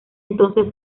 entonces